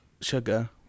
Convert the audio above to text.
Sugar